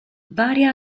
varia